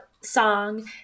song